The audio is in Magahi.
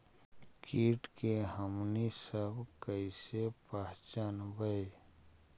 किट के हमनी सब कईसे पहचनबई?